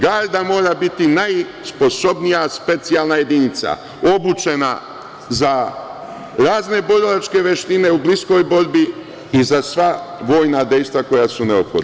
Garda mora biti najsposobnija specijalna jedinica, obučena za razne borilačke veštine u bliskoj borbi i za sva vojna dejstva koja su neophodna.